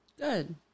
Good